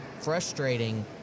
frustrating